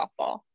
Softball